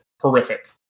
horrific